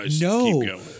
no